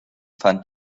fand